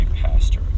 pastor